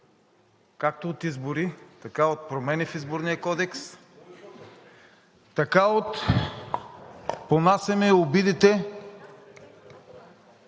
както от избори, така и от промени в Изборния кодекс, така понасяме обидите